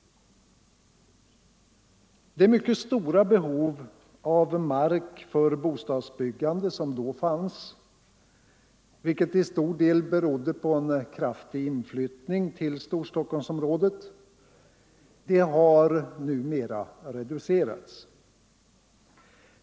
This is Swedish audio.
Det mycket stora behov av mark för bostadsbyggande som då fanns, vilket till stor del berodde på en kraftig inflyttning till Storstockholmsområdet, har numera reducerats.